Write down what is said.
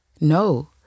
No